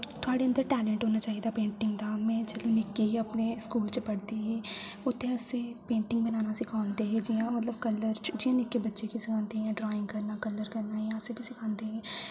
थुआढ़े अंदर टैलेंट होना चाहिदा पेंटिंग दा में जेल्लै नि'क्की ही में स्कूल च पढ़दी ही उ'त्थें असें ई पेंटिंग बनाना सिखांदे हे जि'यां मतलब कलर च जि'यां नि'क्के बच्चे गी सखांदे ड्राइंग करना कलर करना इ'यां असें बी सखांदे हे ते